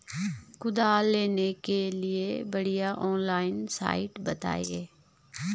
कुदाल लेने के लिए बढ़िया ऑनलाइन साइट बतायें?